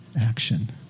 action